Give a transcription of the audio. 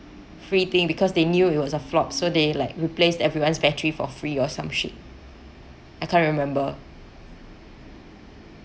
free thing because they knew it was a flop so they like replaced everyone's battery for free or some shit I can't remember